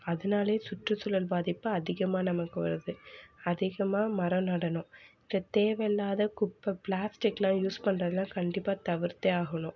அதனாலையே சுற்றுசூழல் பாதிப்பு அதிகமாக நமக்கு வருது அதிகமாக மரம் நடணும் அப்புறம் தேவை இல்லாத குப்பை பிளாஸ்ட்டிக் எல்லாம் யூஸ் பண்ணுறதலாம் கண்டிப்பாக தவிர்த்து ஆகணும்